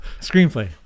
Screenplay